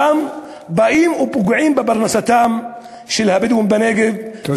שם באים ופוגעים בפרנסתם של הבדואים בנגב, תודה.